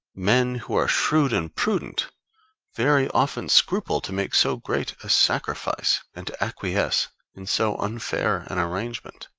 men who are shrewd and prudent very often scruple to make so great a sacrifice and to acquiesce in so unfair an arrangement.